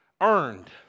earned